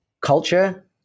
culture